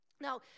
Now